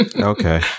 Okay